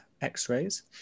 X-rays